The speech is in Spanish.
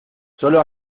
sólo